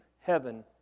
heaven